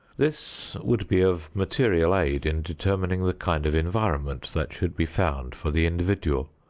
this would be of material aid in determining the kind of environment that should be found for the individual,